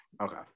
Okay